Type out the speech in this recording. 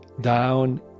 down